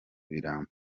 birambo